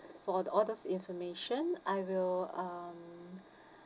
for the all these information I will um